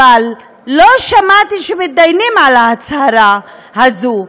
אבל לא שמעתי שמתדיינים על ההצהרה הזו.